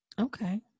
Okay